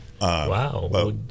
Wow